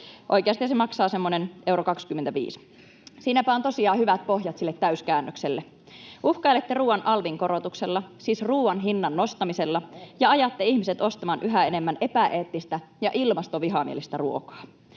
Oikeastihan se maksaa semmoisen 1,25 euroa. Siinäpä on tosiaan hyvät pohjat sille täyskäännökselle. Uhkailette ruuan alvin korotuksella, siis ruuan hinnan nostamisella, [Keskustan ryhmästä: Ohhoh!] ja ajatte ihmiset ostamaan yhä enemmän epäeettistä ja ilmastovihamielistä ruokaa